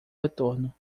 retorno